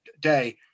day